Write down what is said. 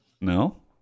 No